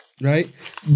Right